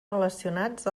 relacionats